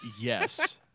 yes